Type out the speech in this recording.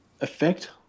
effect